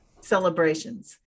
celebrations